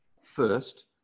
first